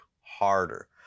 harder